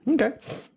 Okay